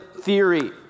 theory